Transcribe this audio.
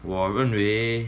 我认为